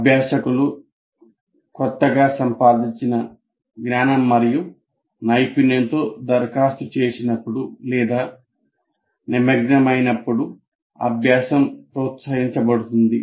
అభ్యాసకులు కొత్తగా సంపాదించిన జ్ఞానం మరియు నైపుణ్యంతో దరఖాస్తు చేసినప్పుడు లేదా నిమగ్నమైనప్పుడు అభ్యాసం ప్రోత్సహించబడుతుంది